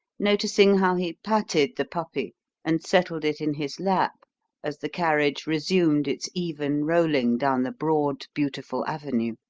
noticing how he patted the puppy and settled it in his lap as the carriage resumed its even rolling down the broad, beautiful avenue.